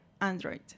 Android